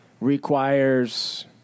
requires